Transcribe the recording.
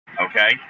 Okay